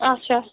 اچھا